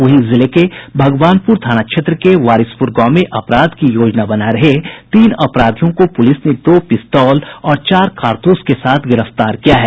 वहीं जिले के भगवानपुर थाना क्षेत्र के वारिसपुर गांव में अपराध की योजना बना रहे तीन अपराधियों को पुलिस ने दो पिस्तौल और चार कारतूस के साथ गिरफ्तार किया है